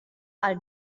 are